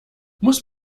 muss